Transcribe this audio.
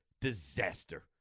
disaster